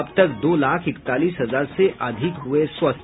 अब तक दो लाख इकतालीस हजार से अधिक हुए स्वस्थ